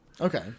Okay